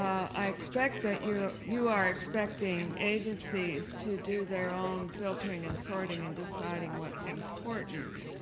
i expect that you you are expecting agencies to do their own filtering and sorting and deciding what's important.